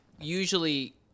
usually